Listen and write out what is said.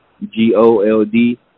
G-O-L-D